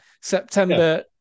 September